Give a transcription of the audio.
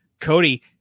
Cody